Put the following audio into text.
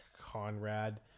Conrad